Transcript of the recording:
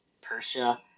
Persia